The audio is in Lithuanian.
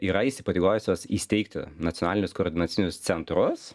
yra įsipareigojusios įsteigti nacionalinius koordinacinius centrus